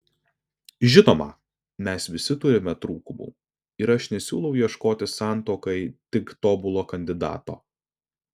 žinoma mes visi turime trūkumų ir aš nesiūlau ieškoti santuokai tik tobulo kandidato